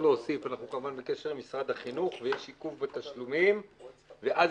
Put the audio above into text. כשהסעיף מתוקצב ואומרים המשרדים שמגיעים למועד תשלום ואין